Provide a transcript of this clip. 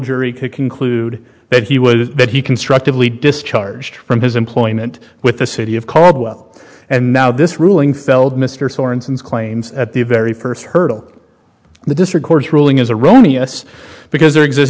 jury could conclude that he would that he constructively discharged from his employment with the city of cold well and now this ruling felled mr sorenson's claims at the very first hurdle the district court's ruling is erroneous because there exist